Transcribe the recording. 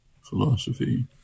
philosophy